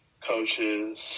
coaches